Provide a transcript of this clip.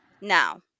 now